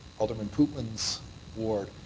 alderman pootmans' ward,